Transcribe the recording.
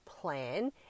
plan